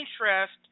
interest